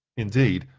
indeed,